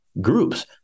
groups